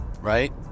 right